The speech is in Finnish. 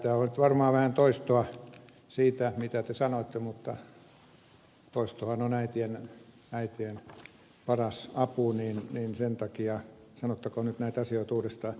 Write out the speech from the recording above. tämä on nyt varmaan vähän toistoa siitä mitä te sanoitte mutta toistohan on äitien paras apu sen takia sanottakoon nyt näitä asioita uudestaan